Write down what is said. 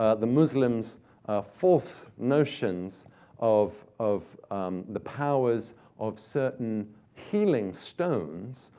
ah the muslims' false notions of of the powers of certain healing stones,